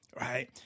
right